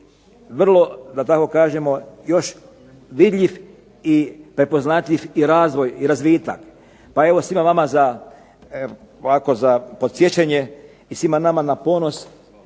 vrlo, da tako kažemo, još vidljiv i prepoznatljiv i razvoj i razvitak. Pa evo svima vama za, ovako za podsjećanje i svima nama na ponos